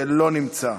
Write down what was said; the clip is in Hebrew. לא נמצא.